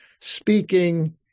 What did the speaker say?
speaking